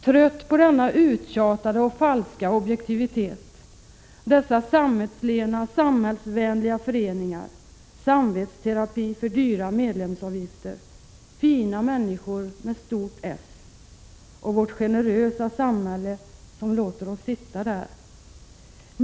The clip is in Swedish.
Trött på denna uttjatade och falska objektivitet, dessa sammetslena, samhällsvänliga föreningar. Samvetsterapi för dyra medlemsavgifter, fina människor och vårt generösa samhälle som låter oss sitta där.